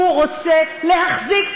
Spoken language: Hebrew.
הוא רוצה להחזיק,